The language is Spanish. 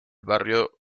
barrio